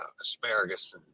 asparagus